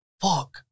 fuck